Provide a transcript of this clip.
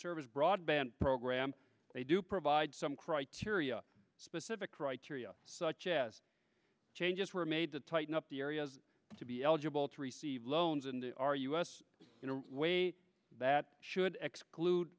service broadband program they do provide some criteria specific criteria such as changes were made to tighten up the areas to be eligible to receive loans and are us in a way that should exclude